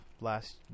last